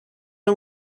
are